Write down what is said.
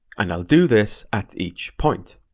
and i'll do this at each point.